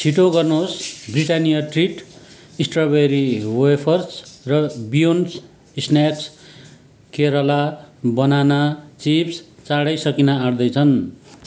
छिटो गर्नुहोस् Britannia treat strawberry wafers र Beyond snacks Kerala banana chips चाँडै सकिन आँट्दैछन्